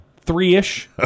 Three-ish